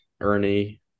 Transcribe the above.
Ernie